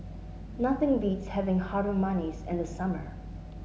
nothing beats having Harum Manis in the summer